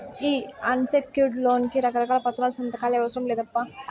ఈ unsecured loan కి రకారకాల పత్రాలు, సంతకాలే అవసరం లేదప్పా